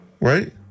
Right